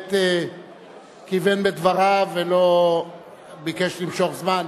באמת כיוון בדבריו ולא ביקש למשוך זמן.